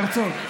הרצוג,